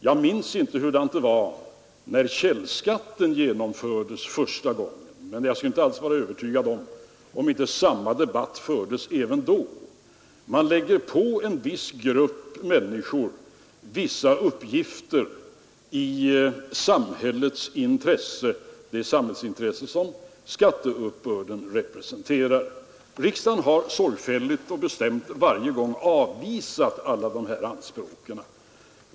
Jag minns inte hur det var när källskatten genomfördes första gången. Men jag skulle inte vara förvånad om samma debatt fördes även då. Man lägger på en viss grupp människor vissa uppgifter i det samhällsintresse som skatteuppbörden representerar. Riksdagen har sorgfälligt och bestämt varje gång avvisat dessa anspråk.